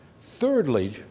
Thirdly